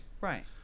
Right